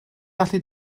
gallu